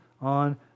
on